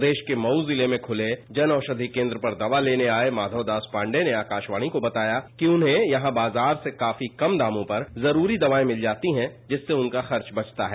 प्रदेश के मऊ ज़िले में खुले जन औषधि केन्द्र दवा लेने आये माधव दास पांडे ने आकाशवाणी को बताया कि उन्हें यहां बाजार से काफी कम दामों पर जरूरी दवायें मिल जाती हैं जिससे उनका खर्च बचता है